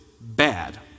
bad